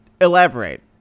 Elaborate